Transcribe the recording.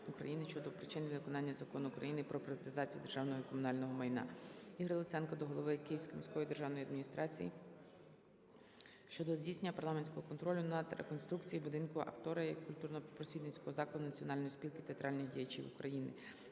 України щодо причин невиконання Закону України "Про приватизацію державного і комунального майна". Ігоря Луценка до голови Київської міської державної адміністрації щодо здійснення парламентського контролю над реконструкцією будинку актора як